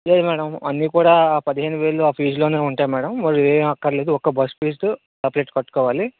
లేదు మేడం అన్ని కూడా పదిహేను వేలు ఆ ఫీస్లోనే ఉంటాయి మేడం మళ్ళీ ఏం అకర్లేదు ఒక్క బస్ ఫీసు సెపరేట్ కట్టుకోవాలి